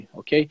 ok